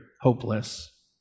hopeless